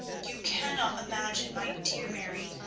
you cannot imagine, my dear mary,